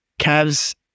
Cavs